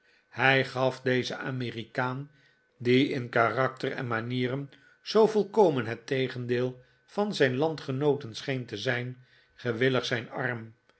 hij gaf dezen amerikaan die in karakter en manieren zoo volkomen het tegendeel van zijn landgenooten scheen te zijn gewillig zijn arm